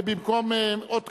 במקום אות כזאת,